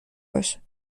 باشه